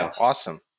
Awesome